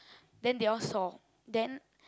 then they all saw then